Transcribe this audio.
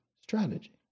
strategy